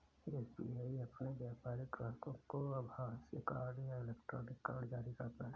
SBI अपने व्यापारिक ग्राहकों को आभासीय कार्ड या इलेक्ट्रॉनिक कार्ड जारी करता है